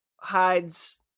hides